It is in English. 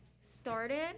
started